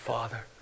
Father